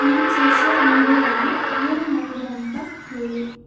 ನನ್ನ ಸೋಶಿಯಲ್ ಮೀಡಿಯಾಲಿ ಏನೇನಾಗಿದೆ ಅಂತ ಹೇಳು